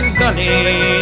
gully